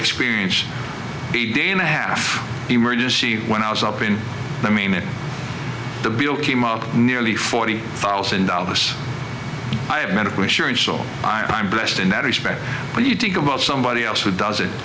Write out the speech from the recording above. experienced a day and a half emergency when i was up in i mean the bill came up nearly forty thousand dollars i have medical insurance so i am blessed in that respect but you think about somebody else who does